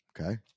okay